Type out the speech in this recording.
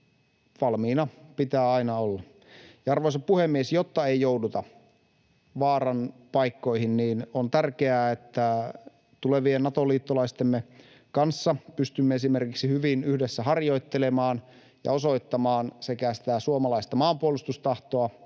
valmiina pitää aina olla. Arvoisa puhemies! Jotta ei jouduta vaaranpaikkoihin, on tärkeää, että tulevien Nato-liittolaistemme kanssa pystymme esimerkiksi hyvin yhdessä harjoittelemaan ja osoittamaan sekä sitä suomalaista maanpuolustustahtoa